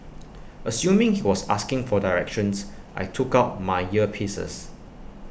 assuming he was asking for directions I took out my earpieces